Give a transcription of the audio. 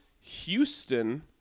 Houston